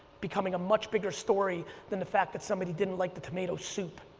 becoming a much bigger story than the fact that somebody didn't like the tomato soup.